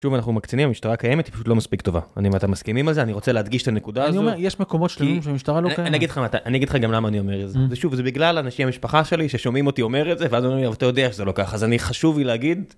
שוב אנחנו מקצינים, המשטרה קיימת, היא פשוט לא מספיק טובה. אני ואתה מסכימים על זה אני רוצה להדגיש את הנקודה הזו, יש מקומות שלנו שהמשטרה לא קיימת, אני אגיד לך גם למה אני אומר את זה, זה שוב זה בגלל אנשים מהמשפחה שלי ששומעים אותי אומר את זה, ואז אומרים לי: אתה יודע שזה לא ככה, אז אני חשוב לי להגיד.